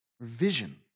vision